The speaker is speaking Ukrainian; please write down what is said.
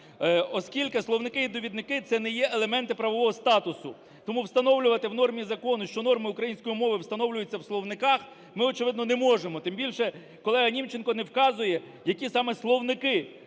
Оскільки словники і довідники це не є елементи правового статусу, тому встановлювати в нормі закону, що норми української мови встановлюються в словниках, ми очевидно не можемо. Тим більше, колега Німченко не вказує, які саме словники